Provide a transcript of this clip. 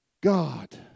God